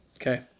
Okay